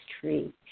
tree